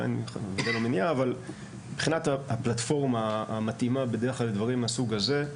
אבל מבחינת הפלטפורמה המתאימה בדרך כלל לדברים מהסוג הזה,